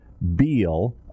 Beal